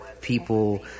people